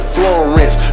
Florence